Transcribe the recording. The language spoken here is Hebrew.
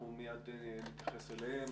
אנחנו מיד נתייחס אליהם.